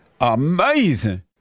Amazing